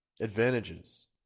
Advantages